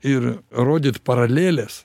ir rodyti paraleles